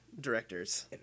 directors